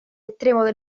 extremo